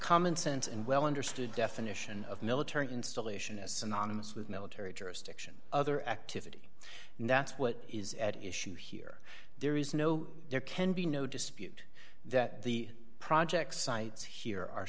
common sense and well understood definition of military installation is synonymous with military jurisdiction other activity and that's what is at issue here there is no there can be no dispute that the project sites here are